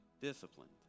disciplined